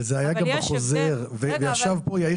אבל זה היה גם בחוזר וישב פה יאיר